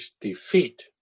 defeat